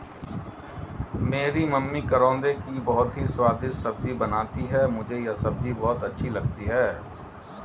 मेरी मम्मी करौंदे की बहुत ही स्वादिष्ट सब्जी बनाती हैं मुझे यह सब्जी बहुत अच्छी लगती है